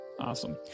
Awesome